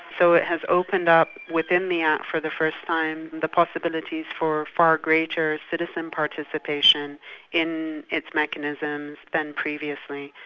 so it has opened up within the act for the first time, the possibilities for far greater citizen participation in its mechanisms, than previously.